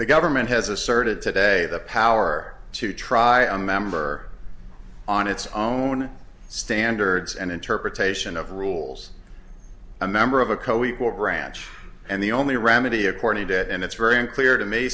the government has asserted today the power to try on a member on its own standards and interpretation of rules a member of a co equal branch and the only remedy according to and it's very unclear to m